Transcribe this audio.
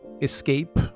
escape